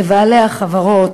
לבעלי החברות,